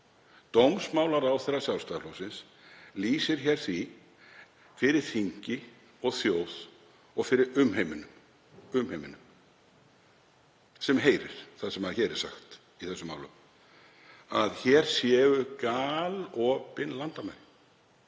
Dómsmálaráðherra Sjálfstæðisflokksins lýsir því fyrir þingi og þjóð, og fyrir umheiminum sem heyrir það sem hér er sagt í þessum málum, að hér séu galopin landamæri.